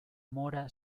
mora